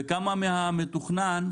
וכמה מהמתוכנן,